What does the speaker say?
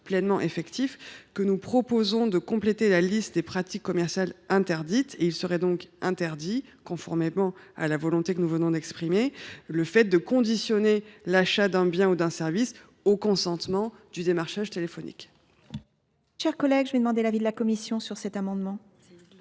pleinement efficace que nous proposons de compléter la liste des pratiques commerciales interdites. Il serait ainsi interdit, conformément à la volonté que nous venons d’exprimer, de conditionner l’achat d’un bien ou d’un service au consentement au démarchage téléphonique.